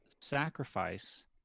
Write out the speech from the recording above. Sacrifice